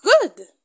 good